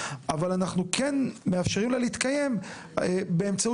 אבל אנחנו כן מאפשרים לה להתקיים באמצעות